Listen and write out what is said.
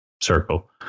circle